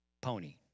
Pony